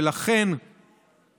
ולכן